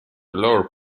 lower